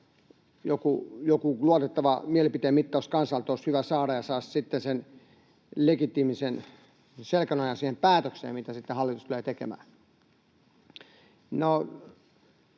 joku luotettava mielipiteenmittaus kansalta olisi hyvä saada, niin että saisi sitten sen legitiimin selkänojan siihen päätökseen, mitä sitten hallitus tulee tekemään.